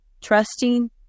Trusting